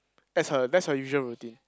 that's her that's her usual routine